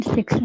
Six